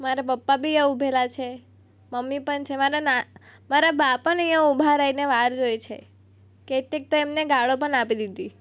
મારા પપ્પા બી અહીંયા ઉભેલા છે મારા મમ્મી પણ છે મારા મારા બા પણ અહીંયા ઉભા રહીને વાટ જોવે છે કેટલીક તો એમણે ગાળો પણ આપી દીધી